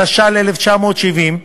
התש"ל 1970,